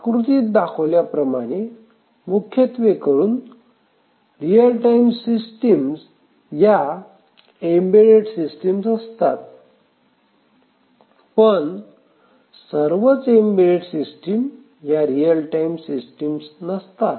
आकृतीत दाखवल्या प्रमाणे मुख्यत्वेकरून रियल टाइम सिस्टिम्स या एम्बेडेड सिस्टिम्स असतात पण सर्वच एम्बेडेड सिस्टिम्स या रिअल टाइम सिस्टिम्स नसतात